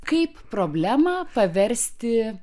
kaip problemą paversti